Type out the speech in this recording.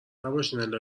نباشین